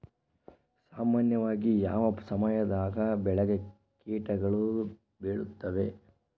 ಸಾಮಾನ್ಯವಾಗಿ ಯಾವ ಸಮಯದಾಗ ಬೆಳೆಗೆ ಕೇಟಗಳು ಬೇಳುತ್ತವೆ?